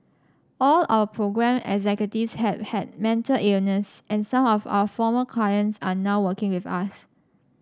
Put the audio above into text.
all our programme executives have had mental illness and some of our former clients are now working with us